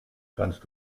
kannst